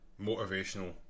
motivational